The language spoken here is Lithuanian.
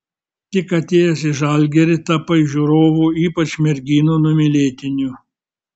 tik atėjęs į žalgirį tapai žiūrovų ypač merginų numylėtiniu